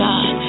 God